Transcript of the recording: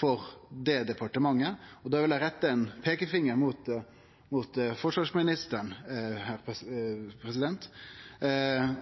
for det departementet. Da vil eg rette ein peikefinger mot forsvarsministeren